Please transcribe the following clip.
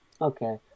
Okay